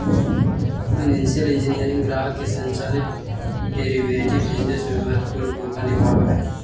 financial engineering ग्राहक संचालित derivative business में महत्वपूर्ण भूमिका निभावऽ हई